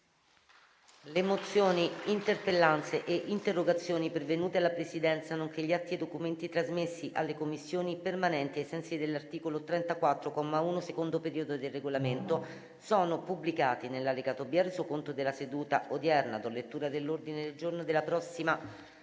Le mozioni, le interpellanze e le interrogazioni pervenute alla Presidenza, nonché gli atti e i documenti trasmessi alle Commissioni permanenti ai sensi dell'articolo 34, comma 1, secondo periodo, del Regolamento sono pubblicati nell'allegato B al Resoconto della seduta odierna. **Ordine del giorno per la seduta